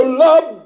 love